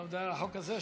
אתה מדבר על החוק הזה?